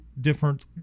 different